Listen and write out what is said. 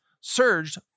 surged